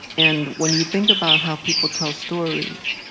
and when you think about how people tell stories,